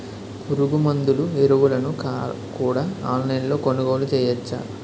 పురుగుమందులు ఎరువులను కూడా ఆన్లైన్ లొ కొనుగోలు చేయవచ్చా?